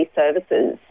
services